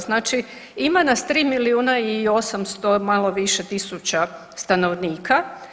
Znači ima nas tri milijuna i 800 malo više tisuća stanovnika.